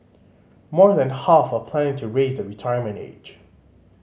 more than half are planning to raise the retirement age